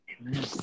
Amen